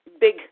big